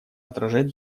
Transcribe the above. отражать